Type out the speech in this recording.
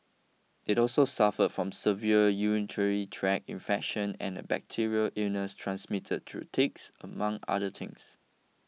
it also suffered from severe urinary tract infection and a bacterial illness transmitted through ticks among other things